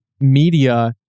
media